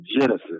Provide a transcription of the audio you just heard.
genesis